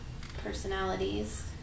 personalities